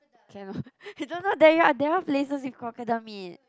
cannot you don't know there are there are places with crocodile meat